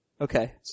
Okay